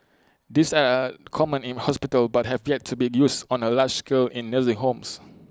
these are common in hospitals but have yet to be used on A large scale in nursing homes